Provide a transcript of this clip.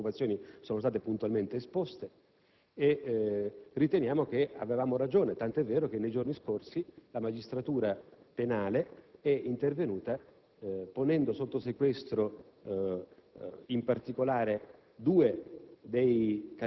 Le nostre preoccupazioni sono state puntualmente esposte e riteniamo che avevamo ragione, tant'è vero che nei giorni scorsi la magistratura penale è intervenuta ponendo sotto sequestro, in particolare, due dei